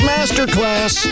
Masterclass